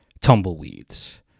tumbleweeds